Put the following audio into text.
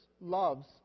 loves